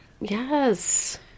Yes